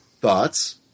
Thoughts